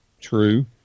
True